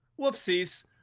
whoopsies